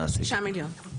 26 מיליון.